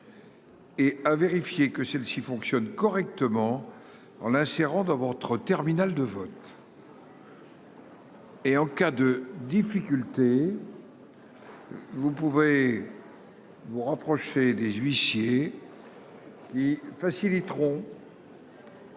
Et à vérifier que celle-ci fonctionne correctement en l'insérant dans votre terminal de vote. Et en cas de difficultés, vous pouvez vous rapprocher des huissiers qui faciliteront.